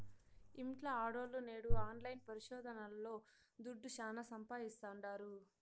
ఇంట్ల ఆడోల్లు నేడు ఆన్లైన్ పరిశోదనల్తో దుడ్డు శానా సంపాయిస్తాండారు